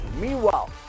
Meanwhile